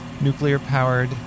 nuclear-powered